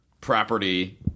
property